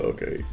Okay